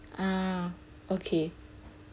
uh okay